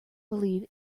believe